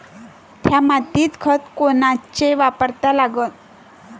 थ्या मातीत खतं कोनचे वापरा लागन?